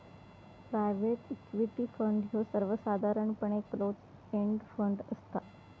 private equity fund ह्यो सर्वसाधारणपणे close end fund असता